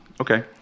Okay